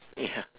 ya